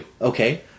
Okay